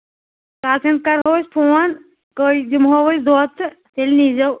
باقٕین کرو أسۍ فون کٔہۍ دِمو أسۍ دۄد تہٕ تیٚلہِ نیٖزیو